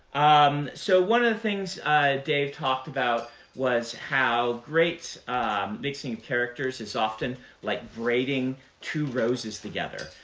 um so one of the things dave talked about was how great mixing characters is often like braiding two roses together.